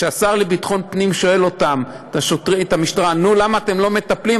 כשהשר לביטחון פנים שואל את המשטרה: למה אתם לא מטפלים?